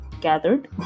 gathered